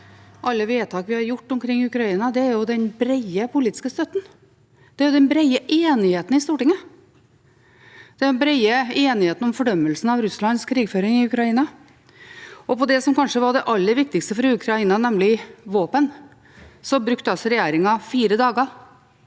alle vedtak vi har gjort når det gjelder Ukraina, er den brede politiske støtten – det er den brede enigheten i Stortinget, den brede enigheten om fordømmelsen av Russlands krigføring i Ukraina. Med hensyn til som kanskje var det aller viktigste for Ukraina, nemlig våpen, brukte regjeringen fire dager